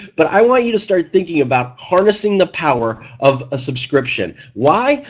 but i want you to start thinking about harnessing the power of a subscription. why?